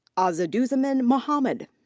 asaduzzaman mohammad.